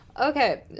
Okay